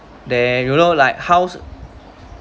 then you know like house